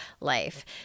life